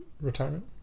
retirement